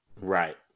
Right